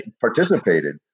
participated